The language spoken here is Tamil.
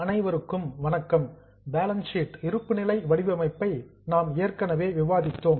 அனைவருக்கும் வணக்கம் பேலன்ஸ் ஷீட் இருப்புநிலை வடிவமைப்பை நாம் ஏற்கனவே விவாதித்தோம்